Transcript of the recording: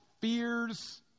Fears